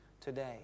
today